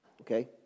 Okay